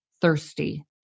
thirsty